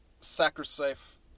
Sacrifice